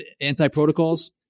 anti-protocols